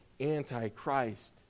Antichrist